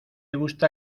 gusta